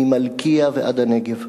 ממלכייה ועד הנגב.